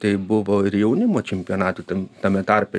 tai buvo ir jaunimo čempionatų ten tame tarpe